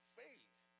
faith